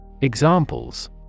Examples